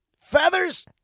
Feathers